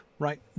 Right